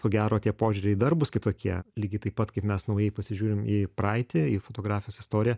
ko gero tie požiūriai dar bus kitokie lygiai taip pat kaip mes naujai pasižiūrim į praeitį į fotografijos istoriją